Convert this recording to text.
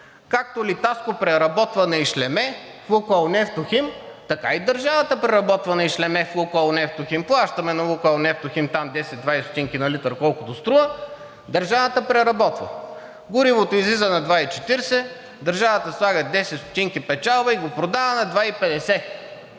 Както „Литаско“ преработва на ишлеме в „Лукойл Нефтохим“, така и държавата преработва на ишлеме в „Лукойл Нефтохим“. Плащаме на „Лукойл Нефтохим“ там 10 – 20 стотинки на литър, колкото струва, държавата преработва. Горивото излиза на 2,40 лв., държавата слага 10 стотинки печалба и го продава на 2,50